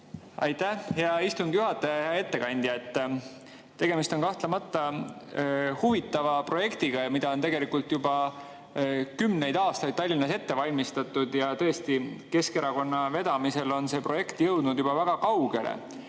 Aitäh, hea istungi juhataja! Hea ettekandja! Tegemist on kahtlemata huvitava projektiga, mida on tegelikult juba kümneid aastaid Tallinnas ette valmistatud, ja tõesti Keskerakonna vedamisel on see projekt jõudnud juba väga kaugele.